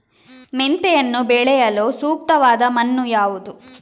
ಮೆಂತೆಯನ್ನು ಬೆಳೆಯಲು ಸೂಕ್ತವಾದ ಮಣ್ಣು ಯಾವುದು?